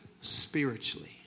spiritually